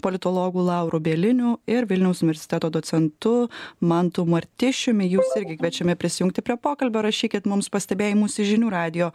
politologu lauru bieliniu ir vilniaus universiteto docentu mantu martišiumi jus irgi kviečiame prisijungti prie pokalbio rašykit mums pastebėjimus į žinių radijo